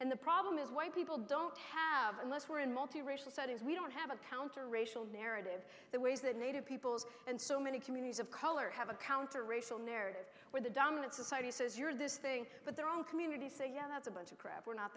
and the problem is why people don't have unless we're in multi racial settings we don't have a counter racial narrative that ways that native peoples and so many communities of color have a counter racial narrative where the dominant society says you're this thing but their own communities say yeah that's a bunch of crap we're not